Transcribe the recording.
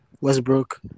Westbrook